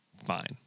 fine